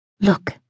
Look